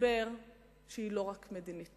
מסתבר שהיא לא רק מדינית,